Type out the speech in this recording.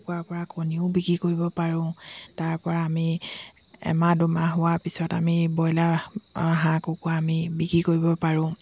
কুকুৰাৰ পৰা কণীও বিক্ৰী কৰিব পাৰোঁ তাৰপৰা আমি এমাহ দুমাহ হোৱাৰ পিছত আমি ব্ৰইলাৰ হাঁহ কুকুৰা আমি বিক্ৰী কৰিব পাৰোঁ